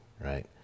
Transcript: Right